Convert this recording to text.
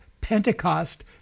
pentecost